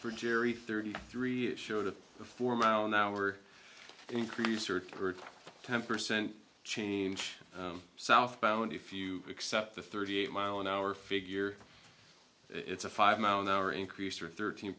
for jerry thirty three showed of the four mile an hour increase or temper sent change southbound if you accept the thirty eight mile an hour figure it's a five mile an hour increase or thirteen